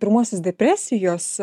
pirmuosius depresijos